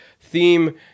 theme